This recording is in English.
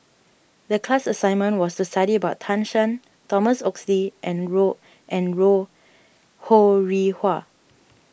the class assignment was to study about Tan Shen Thomas Oxley and and Ho Rih Hwa